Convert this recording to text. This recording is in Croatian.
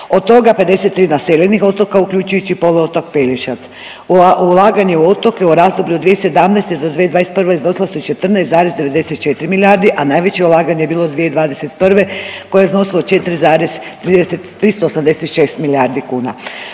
od toga 53 naseljenih otoka uključujući poluotok Pelješac. Ulaganje u otoke u razdoblju od 2017.-2021. iznosila su 14,94 milijardi, a najveće ulaganje je bilo 2021. koje je iznosilo 4,386 milijardi kuna.